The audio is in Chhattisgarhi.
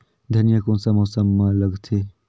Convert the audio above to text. धनिया कोन सा मौसम मां लगथे?